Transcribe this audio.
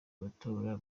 matora